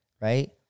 Right